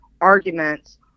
arguments